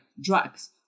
drugs